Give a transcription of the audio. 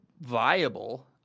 viable